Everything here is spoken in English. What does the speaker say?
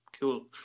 Cool